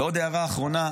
ועוד הערה אחרונה.